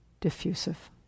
diffusive